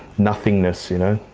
nothingness, you know.